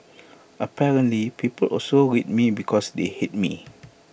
apparently people also read me because they hate me